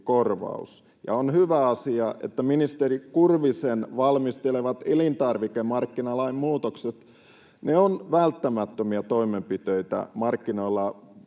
korvaus. Ministeri Kurvisen valmistelemat elintarvikemarkkinalain muutokset ovat välttämättömiä toimenpiteitä näiden markkinoilla